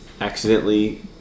accidentally